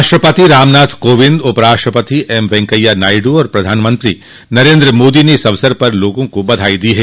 राष्ट्रपति रामनाथ कोविंद उपराष्ट्रपति एम वेंकैया नायडू और प्रधानमंत्री नरेंद्र मोदी ने इस अवसर पर लोगों को बधाई दी है